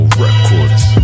records